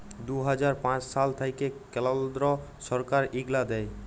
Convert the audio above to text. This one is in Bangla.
দু হাজার পাঁচ সাল থ্যাইকে কেলদ্র ছরকার ইগলা দেয়